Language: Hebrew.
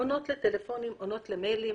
עונות לטלפונים ומיילים